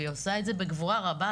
והיא עושה את זה בגבורה רבה.